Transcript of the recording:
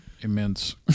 immense